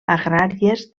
agràries